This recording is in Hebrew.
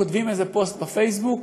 כותבים איזה פוסט בפייסבוק,